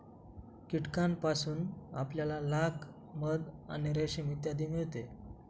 कीटकांपासून आपल्याला लाख, मध आणि रेशीम इत्यादी मिळते